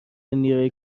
نیروی